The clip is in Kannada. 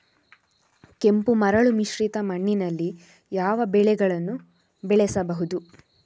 ಕೆಂಪು ಮರಳು ಮಿಶ್ರಿತ ಮಣ್ಣಿನಲ್ಲಿ ಯಾವ ಬೆಳೆಗಳನ್ನು ಬೆಳೆಸಬಹುದು?